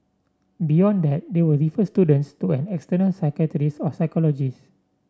beyond that they will refer students to an external psychiatrist or psychologist